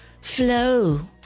flow